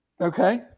Okay